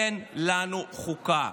אין לנו חוקה.